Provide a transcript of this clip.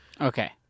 Okay